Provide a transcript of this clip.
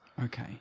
Okay